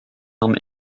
arme